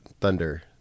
Thunder